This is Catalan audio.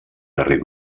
darrere